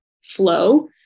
flow